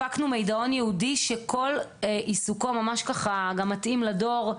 הפקנו מידעון ייעודי, שמתאים לדור,